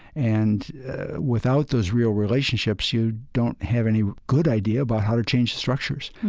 and without those real relationships, you don't have any good idea about how to change the structures.